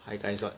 hi guys what